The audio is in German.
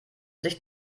sich